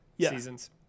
seasons